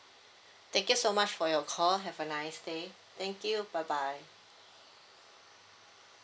thank you so much for your call have a nice day thank you bye bye